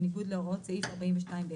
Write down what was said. בניגוד להוראות סעיף 42(ב).